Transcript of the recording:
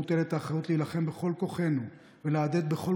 מוטלת האחריות להילחם בכל כוחנו ולהדהד בכל